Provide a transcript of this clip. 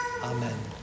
Amen